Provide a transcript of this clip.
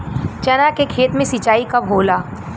चना के खेत मे सिंचाई कब होला?